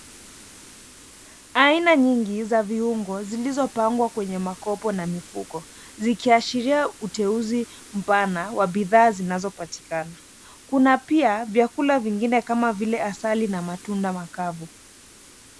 Aina nyingi za viungo zilizopangwa kwenye makopo na mifuko zikiashiria uteuzi mpana wa bidhaa zinazopatikana. Kuna pia vyakula vingine kama vile asali na matunda makavu.